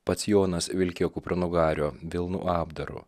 pats jonas vilkėjo kupranugario vilnų apdaru